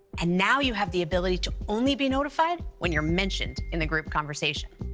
and now you have the ability to only be notified when you're mentioned in the group conversation.